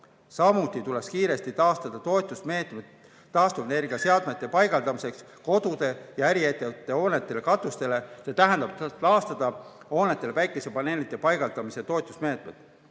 Samuti tuleks kiiresti taastada toetusmeetmed taastuvenergia seadmete paigaldamiseks kodude ja äriettevõtete hoonete katustele, see tähendab, et taastada hoonetele päikesepaneelide paigaldamise toetusmeetmed.